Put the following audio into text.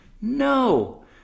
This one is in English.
No